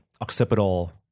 occipital